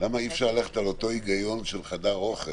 למה אי אפשר ללכת על אותו הגיון של חדר אוכל,